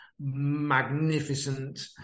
magnificent